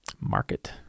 Market